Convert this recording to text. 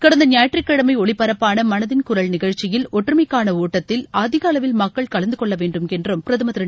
கடந்த ஞாயிற்றுக்கிழமை ஒலிபரப்பான மனதில் குரல் நிகழ்ச்சியில் ஒற்றுமைக்கான ஒட்டத்தில் அதிகளவில் மக்கள் கலந்து கொள்ள வேண்டும் என்றும் பிரதமர் திரு